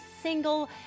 single